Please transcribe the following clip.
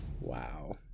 wow